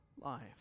life